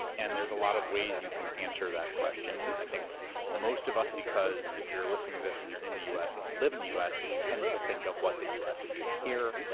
and there's a lot of ways you can answer that question. i think most of us. because if you're listening to this, and you're in the u. s, and you live in the u. s. we tend to think of what the u. s. is doing here.